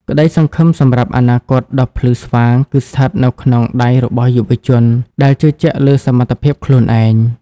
ក្តីសង្ឃឹមសម្រាប់អនាគតដ៏ភ្លឺស្វាង គឺស្ថិតនៅក្នុងដៃរបស់យុវជនដែលជឿជាក់លើសមត្ថភាពខ្លួនឯង។